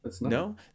No